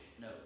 No